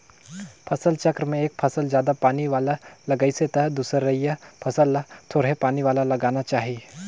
फसल चक्र में एक फसल जादा पानी वाला लगाइसे त दूसरइया फसल ल थोरहें पानी वाला लगाना चाही